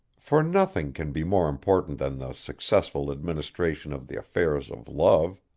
for nothing can be more important than the successful administration of the affairs of love.